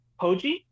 poji